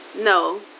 no